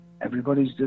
Everybody's